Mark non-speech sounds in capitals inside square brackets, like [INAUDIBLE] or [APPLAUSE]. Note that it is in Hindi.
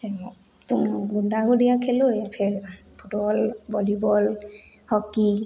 [UNINTELLIGIBLE] गुड्डा गुड़िया खेलो या फिर फुटबॉल बाॅलीबॉल हॉक्की